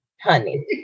honey